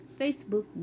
Facebook